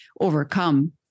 overcome